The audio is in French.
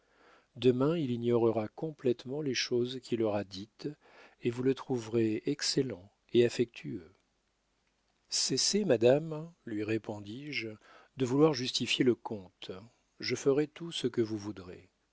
demain il ignorera complétement les choses qu'il aura dites et vous le trouverez excellent et affectueux cessez madame lui répondis-je de vouloir justifier le comte je ferai tout ce que vous voudrez